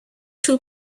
two